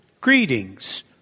Greetings